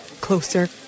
closer